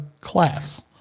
class